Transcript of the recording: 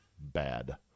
bad